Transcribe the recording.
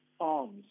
arms